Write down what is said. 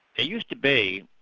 it used to be,